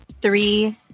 Three